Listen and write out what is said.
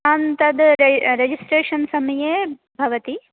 आं तद् रेजिस्ट्रेषन् समये भवति